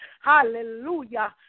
hallelujah